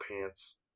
pants